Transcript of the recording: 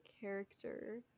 character